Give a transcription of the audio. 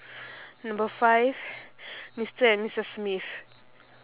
number five mister and missus smith